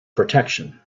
protection